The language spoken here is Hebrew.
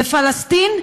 בפלסטין?